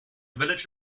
village